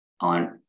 on